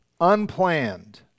unplanned